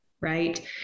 right